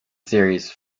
series